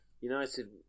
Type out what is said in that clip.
United